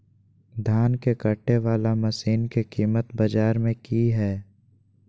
धान के कटे बाला मसीन के कीमत बाजार में की हाय?